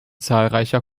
zahlreicher